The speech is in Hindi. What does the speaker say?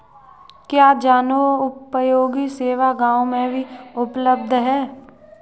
क्या जनोपयोगी सेवा गाँव में भी उपलब्ध है?